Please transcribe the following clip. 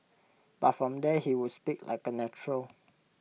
but from there he would speak like A natural